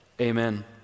Amen